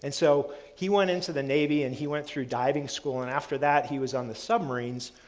and so, he went into the navy and he went through diving school and after that he was on the submarines.